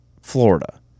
Florida